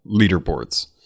leaderboards